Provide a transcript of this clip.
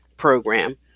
program